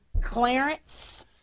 Clarence